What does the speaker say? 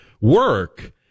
work